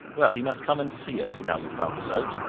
well, he must come and see us, now you've found us out.